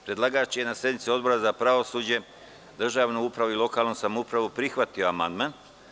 Predlagač je na sednici Odbor za pravosuđe, državnu upravu i lokalnu samoupravu prihvatio amandman.